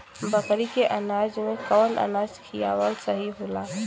बकरी के अनाज में कवन अनाज खियावल सही होला?